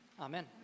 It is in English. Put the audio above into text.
amen